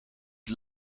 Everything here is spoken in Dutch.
het